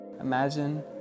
Imagine